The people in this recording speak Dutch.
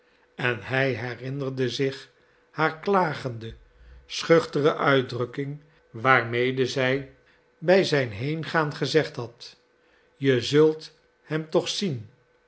en hij herinnerde zich haar klagende schuchtere uitdrukking waarmede zij bij zijn heengaan gezegd had je zult hem toch zien